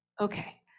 okay